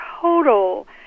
total